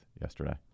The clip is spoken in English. yesterday